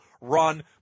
run